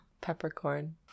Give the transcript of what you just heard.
Peppercorn